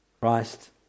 Christ